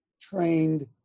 trained